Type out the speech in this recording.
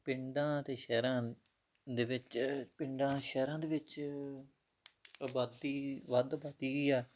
ਪਿੰਡਾਂ ਅਤੇ ਸ਼ਹਿਰਾਂ ਦੇ ਵਿੱਚ ਪਿੰਡਾਂ ਸ਼ਹਿਰਾਂ ਦੇ ਵਿੱਚ ਆਬਾਦੀ ਵੱਧ ਵੱਧ ਗਈ ਆ